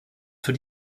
für